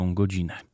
godzinę